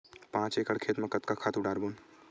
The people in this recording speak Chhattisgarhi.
पांच एकड़ खेत म कतका खातु डारबोन?